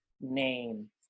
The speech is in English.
name